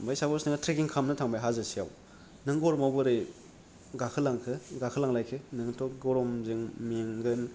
ओमफाय साफस नोंहा ट्रेकिं खालामनो थांबाय हाजो सायाव नों गरमाव बोरै गाखो लांखो गाखो लांलायखो नोङोथ' गरमजों मेंगोन